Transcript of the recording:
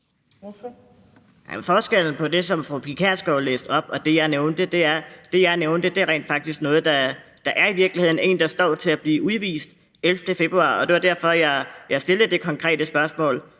(RV): Forskellen på det, som fru Pia Kjærsgaard læste op, og det, jeg nævnte, er, at det, jeg nævnte, rent faktisk er noget, der er i virkeligheden: en, der står til at blive udvist den 11. februar, og det var derfor, jeg stillede det konkrete spørgsmål.